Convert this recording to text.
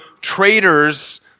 traitors